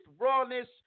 rawness